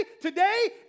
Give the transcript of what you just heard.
today